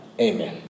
Amen